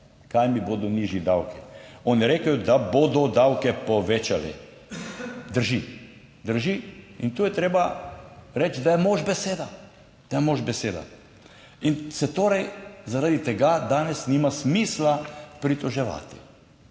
Kaj mi bodo nižji davki. On je rekel, da bodo davke povečali. Drži? Drži. In tu je treba reči, da je mož beseda, da je mož beseda in se torej zaradi tega danes nima smisla pritoževati.